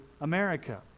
America